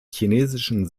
chinesischen